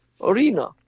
arena